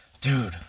Dude